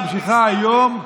והיא ממשיכה היום,